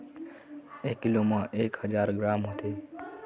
एक कीलो म एक हजार ग्राम होथे